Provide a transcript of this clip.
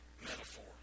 metaphor